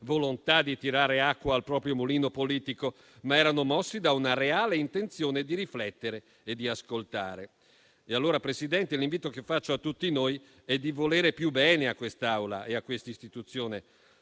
volontà di tirare acqua al proprio mulino politico, ma da una reale intenzione di riflettere e di ascoltare. Signora Presidente, l'invito che faccio a tutti noi è di volere più bene a quest'Assemblea e a questa istituzione.